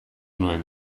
nuen